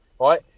right